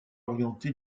orienté